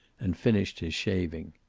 and finished his shaving.